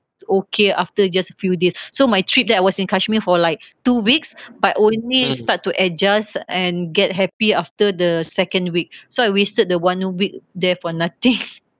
okay after just a few days so my trip there I was in kashmir for like two weeks but only start to adjust and get happy after the second week so I wasted the one week there for nothing